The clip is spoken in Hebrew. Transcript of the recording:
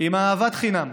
עם אהבת חינם,